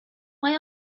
mae